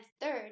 third